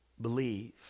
Believe